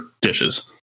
dishes